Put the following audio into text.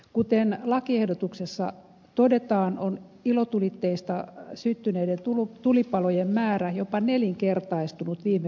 kuten lakialoitteessa todetaan on ilotulitteista syttyneiden tulipalojen määrä jopa nelinkertaistunut viime vuosina